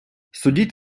судіть